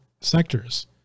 sectors